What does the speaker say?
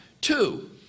Two